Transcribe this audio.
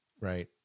right